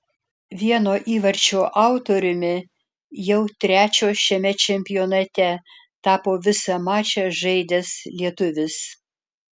vieno įvarčio autoriumi jau trečio šiame čempionate tapo visą mačą žaidęs lietuvis